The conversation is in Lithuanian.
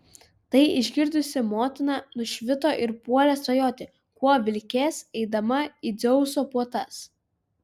tai išgirdusi motina nušvito ir puolė svajoti kuo vilkės eidama į dzeuso puotas